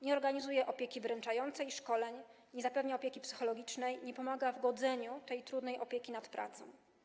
Nie organizuje opieki wyręczającej, szkoleń, nie zapewnia opieki psychologicznej, nie pomaga w godzeniu tej trudnej opieki z pracą.